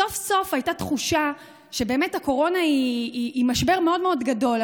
הייתה תחושה שהקורונה היא משבר מאוד גדול,